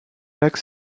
lac